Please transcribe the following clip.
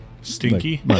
Stinky